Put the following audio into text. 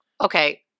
Okay